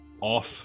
off